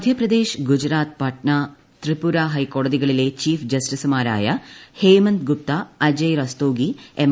മധ്യപ്രദേശ് ഗുജറാത്ത് പട്ന ത്രിപുര ഹൈക്കോടതികളിലെ ചീഫ് ജസ്റ്റിസുമാരായ ഹേമന്ദ് ഗുപ്ത അജയ് രസ്തോഗി എം